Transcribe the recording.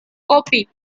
kopi